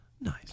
Nice